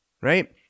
right